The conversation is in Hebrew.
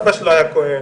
אבא שלו היה כוהן.